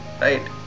right